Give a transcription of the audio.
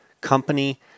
company